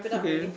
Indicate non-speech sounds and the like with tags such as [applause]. [noise] okay